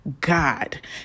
God